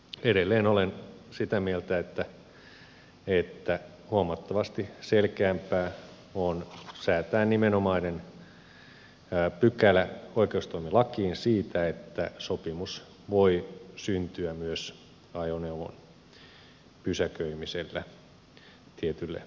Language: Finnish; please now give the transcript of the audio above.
edelleen olen sitä mieltä että huomattavasti selkeämpää on säätää nimenomainen pykälä oikeustoimilakiin siitä että sopimus voi syntyä myös ajoneuvon pysäköimisellä tietylle alueelle